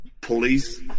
police